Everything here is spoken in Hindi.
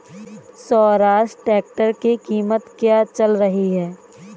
स्वराज ट्रैक्टर की कीमत क्या चल रही है?